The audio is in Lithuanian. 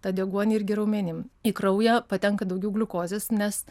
tą deguonį irgi raumenim į kraują patenka daugiau gliukozės nes